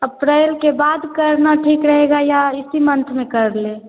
अप्रैल के बाद करना ठीक रहेगा या इसी मन्थ में कर लें